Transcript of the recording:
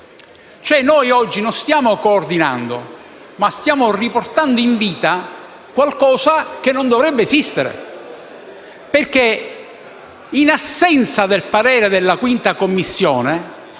Noi oggi non stiamo coordinando, ma stiamo riportando in vita qualcosa che non dovrebbe esistere. Infatti, in assenza del parere della 5a Commissione